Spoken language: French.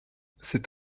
c’est